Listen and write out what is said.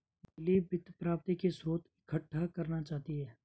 lily वित्त प्राप्ति के स्रोत इकट्ठा करना चाहती है